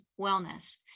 wellness